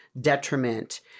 detriment